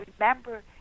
remember